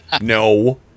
No